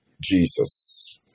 Jesus